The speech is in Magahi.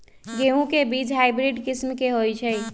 गेंहू के बीज हाइब्रिड किस्म के होई छई?